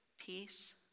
peace